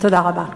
תודה רבה.